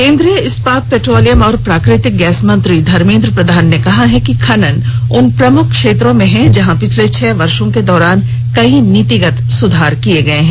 केंद्रीय इस्पात पेट्रोलियम और प्राकृतिक गैस मंत्री धर्मेन्द्र प्रधान ने कहा है कि खनन उन प्रमुख क्षेत्रों में है जहां पिछले छह वर्षों के दौरान कई नीतिगत सुधार किए गए हैं